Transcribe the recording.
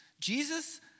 Jesus